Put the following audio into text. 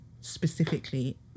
specifically